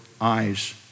eyes